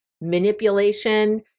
manipulation